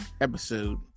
Episode